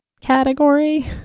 category